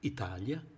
Italia